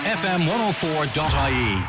fm104.ie